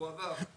הועבר.